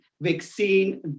vaccine